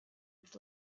its